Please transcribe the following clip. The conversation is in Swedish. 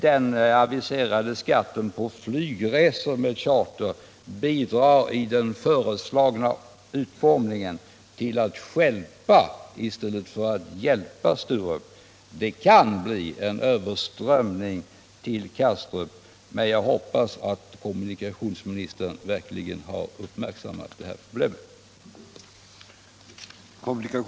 Den aviserade skatten på flygresor med charter bidrar i den föreslagna utformningen till att stjälpa i stället för att hjälpa Sturup. Det kan bli en överströmning till Kastrup. Jag hoppas att kommunikationsministern verkligen uppmärksammat det problemet.